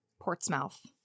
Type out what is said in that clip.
Portsmouth